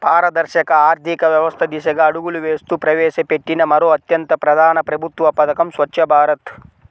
పారదర్శక ఆర్థిక వ్యవస్థ దిశగా అడుగులు వేస్తూ ప్రవేశపెట్టిన మరో అత్యంత ప్రధాన ప్రభుత్వ పథకం స్వఛ్చ భారత్